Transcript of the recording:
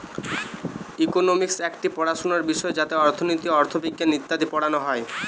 economics একটি পড়াশোনার বিষয় যাতে অর্থনীতি, অথবিজ্ঞান ইত্যাদি পড়ানো হয়